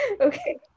Okay